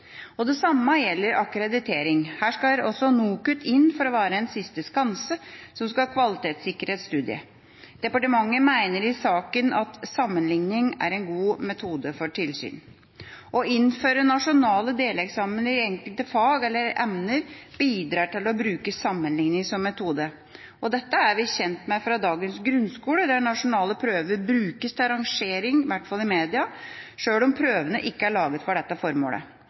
være. Det samme gjelder akkreditering. Her skal også NOKUT inn for å være en siste skanse som skal kvalitetssikre et studium. Departementet mener i saken at «sammenligning» er en god metode for tilsyn. Å innføre nasjonale deleksamener i enkelte fag eller emner bidrar til å bruke sammenligning som metode. Dette er vi kjent med fra dagens grunnskole, der nasjonale prøver brukes til rangering – i hvert fall i media – sjøl om prøvene ikke er laget for dette formålet.